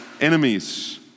enemies